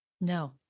No